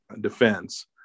defense